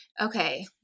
Okay